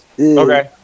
Okay